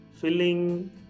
filling